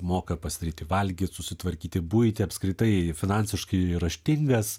moka pasidaryti valgyt susitvarkyti buitį apskritai finansiškai raštingas